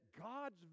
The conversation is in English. God's